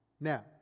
now